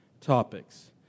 topics